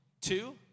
Two